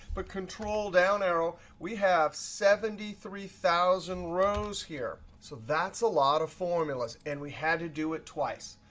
but control-down arrow we have seventy three thousand rows here. so that's a lot of formulas. and we had to do it twice.